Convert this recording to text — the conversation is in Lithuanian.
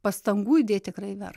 pastangų įdėt tikrai ver